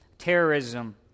terrorism